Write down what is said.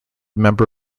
member